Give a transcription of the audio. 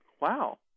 Wow